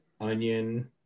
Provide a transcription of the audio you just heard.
onion